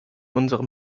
unserem